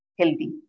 healthy